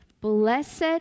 blessed